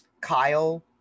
Kyle